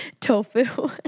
tofu